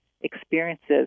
experiences